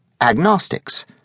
agnostics